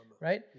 Right